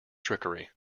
trickery